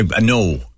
no